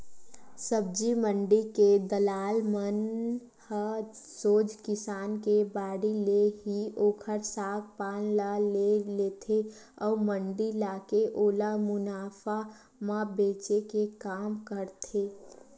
सब्जी मंडी के दलाल मन ह सोझ किसान के बाड़ी ले ही ओखर साग पान ल ले लेथे अउ मंडी लाके ओला मुनाफा म बेंचे के काम करथे